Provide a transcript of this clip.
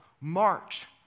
March